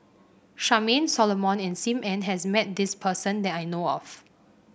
Charmaine Solomon and Sim Ann has met this person that I know of